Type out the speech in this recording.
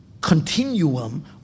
continuum